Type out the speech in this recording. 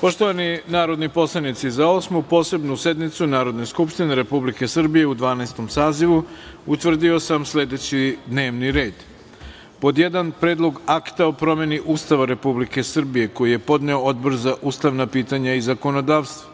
Poštovani narodni poslanici, za Osmu posebnu sednicu Narodne skupštine Republike Srbije u Dvanaestom sazivu, utvrdio sam sledeći D n e v n i r e d 1. Predlog akta o promeni Ustava Republike Srbije, koji je podneo Odbor za ustavna pitanja i zakonodavstvo;